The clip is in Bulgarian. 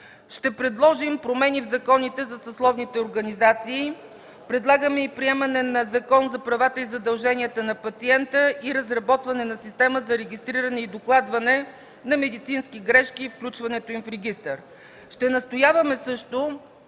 Ще предложим промени в законите за съсловните организации. Предлагаме и приемане на Закон за правата и задълженията на пациента и разработване на система за регистриране и докладване на медицински грешки и включването им в регистър. Ще настояваме също